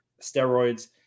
steroids